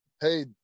hey